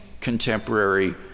contemporary